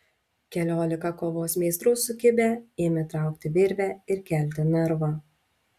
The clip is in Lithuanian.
keliolika kovos meistrų sukibę ėmė traukti virvę ir kelti narvą